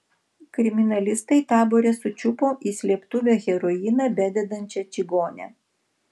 kriminalistai tabore sučiupo į slėptuvę heroiną bededančią čigonę